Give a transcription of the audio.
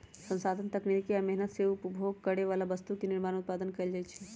संसाधन तकनीकी आ मेहनत से उपभोग करे बला वस्तु के निर्माण उत्पादन कएल जाइ छइ